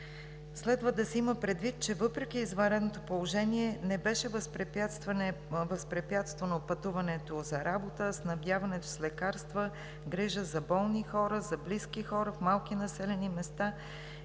Следва да се има предвид, че въпреки извънредното положение не беше възпрепятствано пътуването за работа, снабдяването с лекарства, грижата за болни хора, грижата за близки хора в малките населени места.